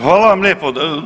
Hvala vam lijepo.